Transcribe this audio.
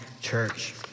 church